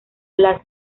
las